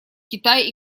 китай